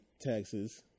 taxes